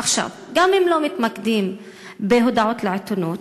עכשיו, גם אם לא מתמקדים בהודעות לעיתונות,